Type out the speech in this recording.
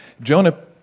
Jonah